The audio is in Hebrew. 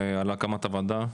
על הקמת הוועדה,